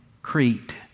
Crete